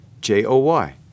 J-O-Y